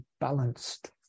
balanced